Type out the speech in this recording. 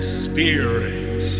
spirit